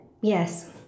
Yes